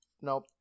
Nope